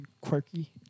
quirky